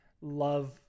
love